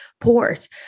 port